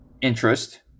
interest